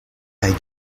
kaj